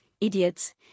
idiots